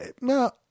no